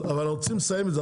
אבל אנחנו רוצים לסיים את זה.